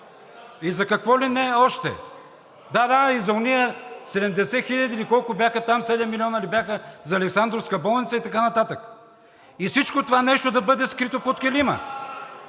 И за какво ли не още! Да, да, и за онези 70 хиляди ли, колко бяха там, 7 милиона ли бяха за Александровска болница и така нататък, и всичкото това нещо да бъде скрито под килима.